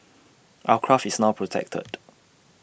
our craft is now protected